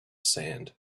sand